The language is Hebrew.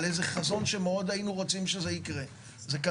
על איזה חזון שמאוד היינו רוצים שזה יקרה.